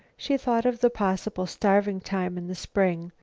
she thought of the possible starving-time in the spring,